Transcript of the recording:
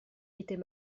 était